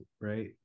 right